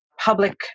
public